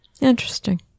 Interesting